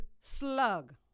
Slug